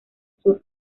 sur